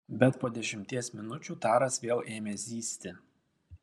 bet po dešimties minučių taras vėl ėmė zyzti